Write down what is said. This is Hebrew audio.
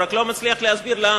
הוא רק לא מצליח להסביר למה.